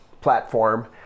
platform